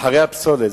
אחרי הפסולת.